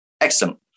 excellent